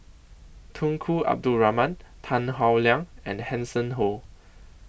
Tunku Abdul Rahman Tan Howe Liang and Hanson Ho